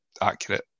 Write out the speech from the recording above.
accurate